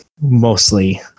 mostly